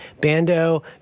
Bando